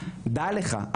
דע לך,